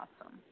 awesome